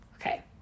Okay